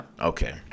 Okay